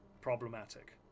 Problematic